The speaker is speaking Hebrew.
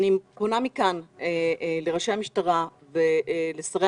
אני פונה מכאן לראשי המשטרה ולשרי